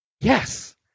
Yes